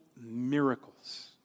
miracles